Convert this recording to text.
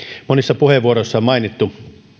monissa puheenvuoroissa on mainittu